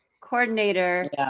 coordinator